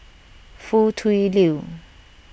Foo Tui Liew